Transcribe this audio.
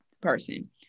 person